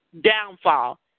downfall